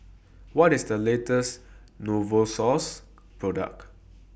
What IS The latest Novosource Product